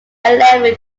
eleven